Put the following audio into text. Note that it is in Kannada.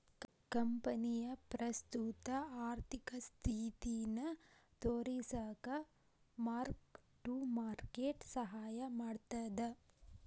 ಕಂಪನಿಯ ಪ್ರಸ್ತುತ ಆರ್ಥಿಕ ಸ್ಥಿತಿನ ತೋರಿಸಕ ಮಾರ್ಕ್ ಟು ಮಾರ್ಕೆಟ್ ಸಹಾಯ ಮಾಡ್ತದ